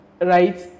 right